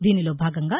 దీనిలో భాగంగా